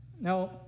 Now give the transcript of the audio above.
Now